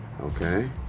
Okay